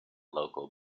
local